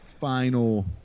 final